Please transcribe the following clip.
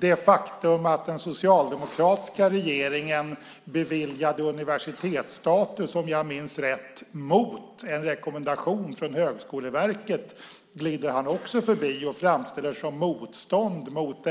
Det faktum att den socialdemokratiska regeringen beviljade universitetsstatus, om jag minns rätt, mot en rekommendation från Högskoleverket glider han också förbi och framställer det som motstånd mot